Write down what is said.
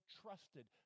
trusted